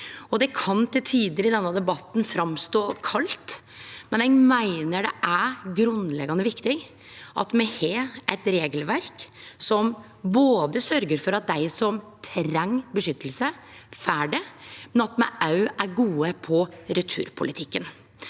Det kan til tider i denne debatten framstå kaldt, men eg meiner det er grunnleggjande viktig at me har eit regelverk som både sørgjer for at dei som treng beskyttelse, får det, og at me er gode på returpolitikken.